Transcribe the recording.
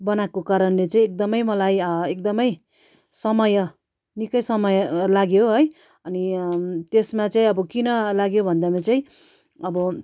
बनाएको कारणले चाहिँ एकदम मलाई एकदम समय निकै समय लाग्यो है अनि त्यसमा चाहिँ अब किन लाग्यो भन्दामा चाहिँ अब